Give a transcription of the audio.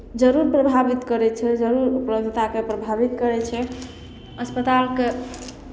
जरूर प्रभावित करै छै जरूर प्रभुताकेँ प्रभावित करै छै अस्पतालके